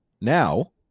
now